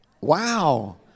Wow